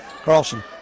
Carlson